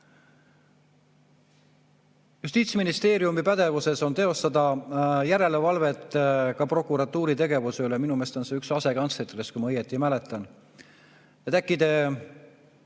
Justiitsministeeriumi pädevuses on teostada järelevalvet ka prokuratuuri tegevuse üle. Minu meelest on see üks asekantsleritest, kui ma õigesti mäletan.